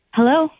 Hello